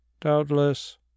Doubtless